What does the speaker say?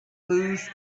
lose